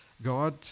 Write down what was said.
God